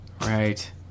Right